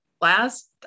last